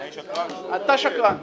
הישיבה ננעלה בשעה 11:01.